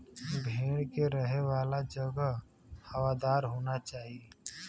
भेड़ के रहे वाला जगह हवादार होना चाही